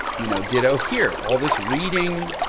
you know, ditto here. all this reading.